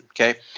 okay